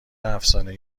افسانه